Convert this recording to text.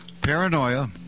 paranoia